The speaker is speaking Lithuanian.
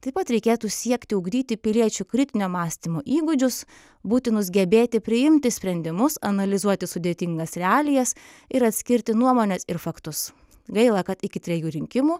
taip pat reikėtų siekti ugdyti piliečių kritinio mąstymo įgūdžius būtinus gebėti priimti sprendimus analizuoti sudėtingas realijas ir atskirti nuomones ir faktus gaila kad iki trejų rinkimų